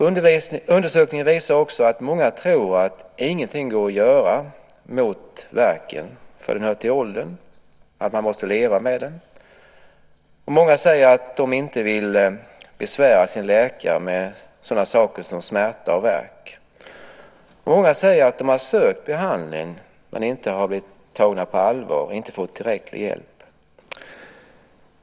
Undersökningen visar också att många tror att ingenting går att göra mot värken för den hör till åldern, att man måste leva med den. Många säger att de inte vill besvära sin läkare med sådana saker som smärta och värk. Många säger att de har sökt behandling men inte blivit tagna på allvar och inte fått tillräcklig hjälp.